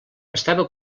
estava